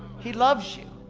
he loves you.